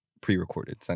pre-recorded